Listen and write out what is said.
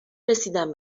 رسیدم